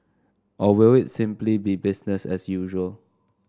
or will it simply be business as usual